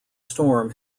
storm